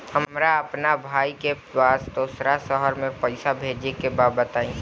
हमरा अपना भाई के पास दोसरा शहर में पइसा भेजे के बा बताई?